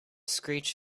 screech